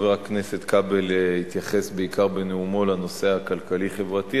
אבל חבר הכנסת כבל התייחס בעיקר בנאומו לנושא הכלכלי-חברתי,